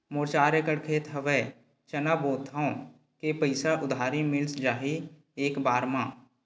मोर चार एकड़ खेत हवे चना बोथव के पईसा उधारी मिल जाही एक बार मा?